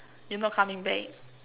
you not coming back